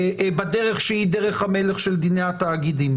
בדרך שהיא דרך המלך של דיני התאגידים.